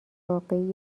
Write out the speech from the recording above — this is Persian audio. واقعی